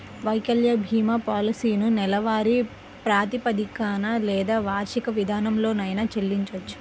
వైకల్య భీమా పాలసీలను నెలవారీ ప్రాతిపదికన లేదా వార్షిక విధానంలోనైనా చెల్లించొచ్చు